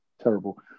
terrible